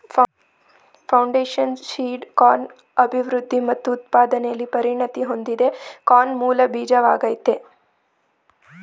foundation seed corn ಅಭಿವೃದ್ಧಿ ಮತ್ತು ಉತ್ಪಾದನೆಲಿ ಪರಿಣತಿ ಹೊಂದಿದೆ ಕಾರ್ನ್ ಮೂಲ ಬೀಜವಾಗಯ್ತೆ